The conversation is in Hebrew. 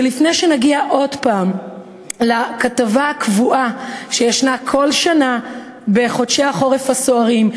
ולפני שנגיע עוד הפעם לכתבה הקבועה כל שנה בחודשי החורף הסוערים,